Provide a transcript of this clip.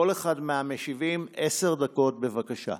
לכל אחד מהמציעים עשר דקות, בבקשה.